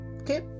Okay